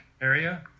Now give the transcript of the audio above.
area